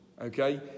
Okay